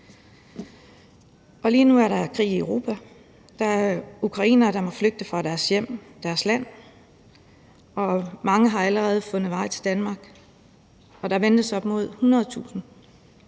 Lige nu er der krig i Europa, og der er ukrainere, der må flygte fra deres hjem, deres land. Mange har allerede fundet vej til Danmark, og der ventes op mod 100.000.